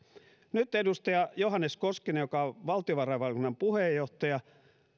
nyt edustaja johannes koskinen joka on valtiovarainvaliokunnan puheenjohtaja